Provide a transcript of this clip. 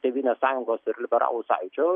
tėvynės sąjungos ir liberalų sąjūdžio